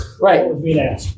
Right